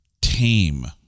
tame